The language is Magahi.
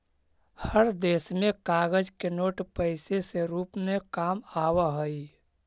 हर देश में कागज के नोट पैसे से रूप में काम आवा हई